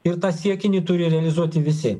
ir tą siekinį turi realizuoti visi